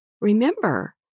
remember